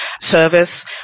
service